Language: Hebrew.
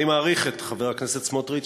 אני מעריך את חבר הכנסת סמוטריץ,